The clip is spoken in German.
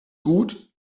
gut